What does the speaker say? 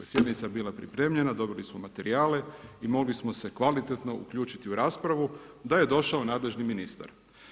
Sjednica je bila pripremljena, dobili su materijale, mogli smo se kvalitetno uključiti u raspravu, da je došao nadležni ministar.